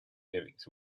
lyrics